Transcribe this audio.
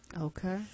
Okay